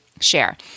share